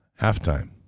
halftime